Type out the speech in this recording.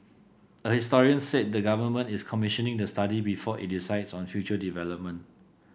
a historian said the Government is commissioning the study before it decides on future development